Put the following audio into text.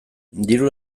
diru